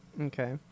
okay